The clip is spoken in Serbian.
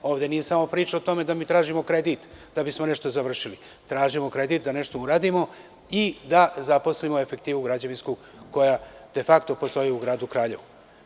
Ovde nije priča samo o tome da mi tražimo kredit da bismo nešto završili, tražimo kredit da nešto uradimo i da zaposlimo građevinsku efektivu koja de fakto postoji u Gradu Kraljevu.